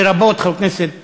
לרבות חבר הכנסת יונה,